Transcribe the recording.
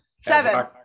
Seven